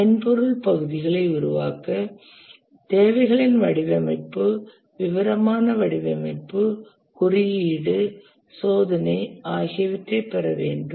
மென்பொருள் பகுதிகளை உருவாக்க தேவைகளின் வடிவமைப்பு விவரமான வடிவமைப்பு குறியீடு சோதனை ஆகியவற்றைப் பெற வேண்டும்